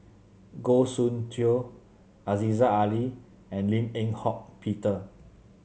Goh Soon Tioe Aziza Ali and Lim Eng Hock Peter